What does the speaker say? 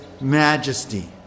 majesty